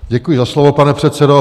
Děkuji za slovo, pane předsedo.